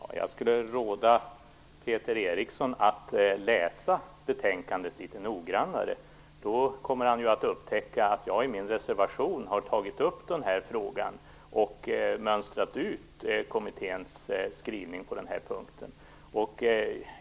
Fru talman! Jag skulle råda Peter Eriksson att läsa betänkandet litet noggrannare. Då kommer han att upptäcka att jag i min reservation har tagit upp den här frågan och mönstrat ut kommitténs skrivning på den här punkten.